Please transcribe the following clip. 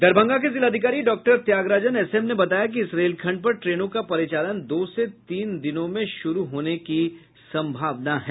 दरभंगा के जिलाधिकारी doctor Tyagarajan SM ने बताया कि इस रेलखंड पर ट्रेनों का परिचालन दो से तीन दिनों में शुरू होने की संभावना है